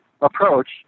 approach